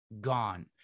gone